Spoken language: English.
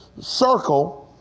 circle